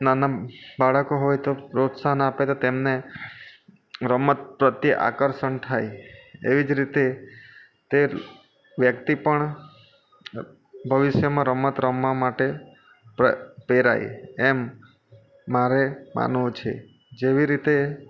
નાના બાળકો હોય તો પ્રોત્સાહન આપે તો તેમને રમત પ્રત્યે આકર્ષણ થાય એવી જ રીતે તે વ્યક્તિ પણ ભવિષ્યમાં રમત રમવા માટે પ્રેરાય એમ મારે માનવું છે જેવી રીતે